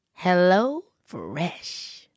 HelloFresh